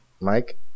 Mike